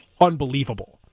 unbelievable